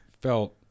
felt